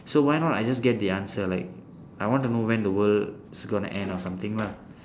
so why not I just get the answer like I want to know when the world is going to end or something lah